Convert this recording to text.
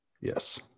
yes